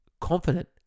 confident